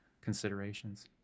considerations